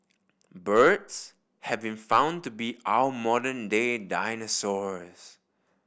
birds have been found to be our modern day dinosaurs